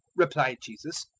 replied jesus,